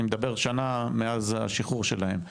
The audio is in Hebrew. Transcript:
אני מדבר שנה מאז השחרור שלהם,